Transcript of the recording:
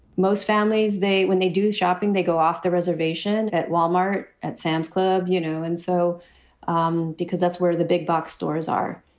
most families, they when they do shopping, they go off the reservation at wal-mart, at sam's club, you know, and so um because that's where the big box stores are.